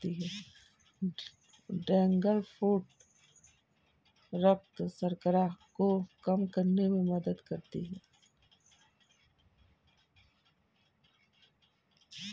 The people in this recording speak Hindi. ड्रैगन फ्रूट रक्त शर्करा को कम करने में मदद करता है